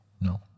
No